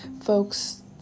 Folks